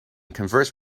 converse